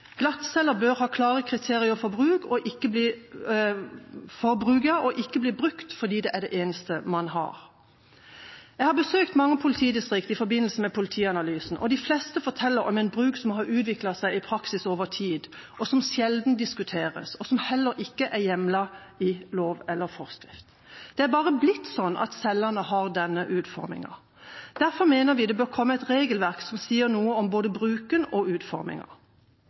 Glattceller bør ha klare kriterier for bruk og ikke bli brukt fordi det er det eneste man har. Jeg har besøkt mange politidistrikt i forbindelse med politianalysen, og de fleste forteller om en bruk som har utviklet seg i praksis over tid, som sjelden diskuteres, og som heller ikke er hjemlet i lov eller forskrift. Det er bare «blitt sånn» at cellene har denne utformingen. Derfor mener vi det bør komme et regelverk som sier noe om både bruken og